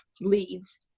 leads